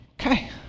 Okay